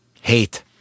Hate